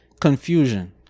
confusion